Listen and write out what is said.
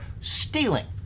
stealing